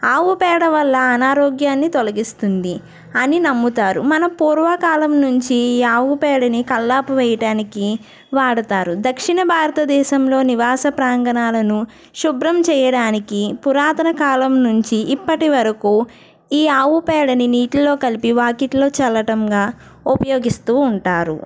ఆవు పేడ వల్ల అనారోగ్యాన్ని తొలగిస్తుంది అని నమ్ముతారు మన పూర్వకాలం నుంచి ఈ ఆవు పేడని కళ్ళాపి వేయటానికి వాడతారు దక్షిణ భారతదేశంలో నివాస ప్రాంగణాలను శుభ్రం చేయడానికి పురాతన కాలం నుంచి ఇప్పటి వరకు ఈ ఆవుపేడని నీటిలో కలిపి వాకిట్లో చల్లడంగా ఉపయోగిస్తూ ఉంటారు